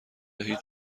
هیچ